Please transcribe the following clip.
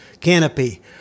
canopy